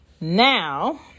Now